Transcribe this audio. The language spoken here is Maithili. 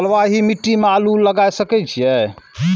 बलवाही मिट्टी में आलू लागय सके छीये?